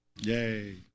Yay